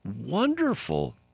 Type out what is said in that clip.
wonderful